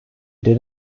did